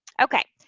okay,